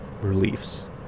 reliefs